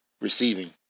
receiving